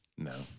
No